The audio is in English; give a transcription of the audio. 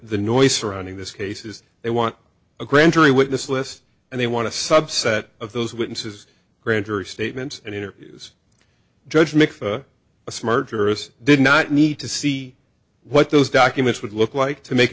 noise surrounding this case is they want a grand jury witness list and they want to subset of those witnesses grand jury statements and interviews judge mikva a smart jurist did not need to see what those documents would look like to make a